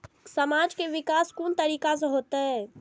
समाज के विकास कोन तरीका से होते?